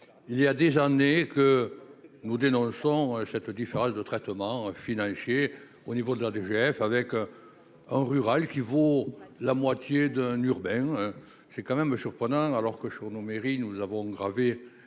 il y a des années que nous, elle, dans le fond, cette différence de traitement financier au niveau de la DGF avec en rural qui vaut la moitié d'un urbain, c'est quand même surprenant alors que Chawn mairies nous avons gravés